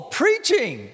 preaching